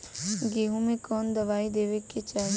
गेहूँ मे कवन दवाई देवे के चाही?